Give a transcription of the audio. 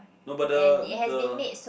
no but the the